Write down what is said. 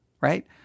right